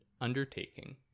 undertaking